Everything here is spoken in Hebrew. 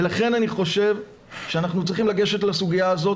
לכן אני חושב שאנחנו צריכים לגשת לסוגיה הזאת,